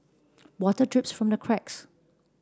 water drips from the cracks